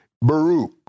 Baruch